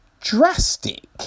drastic